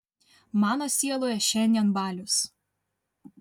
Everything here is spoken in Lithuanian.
mano sieloje šiandien balius